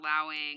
allowing